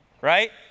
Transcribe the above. right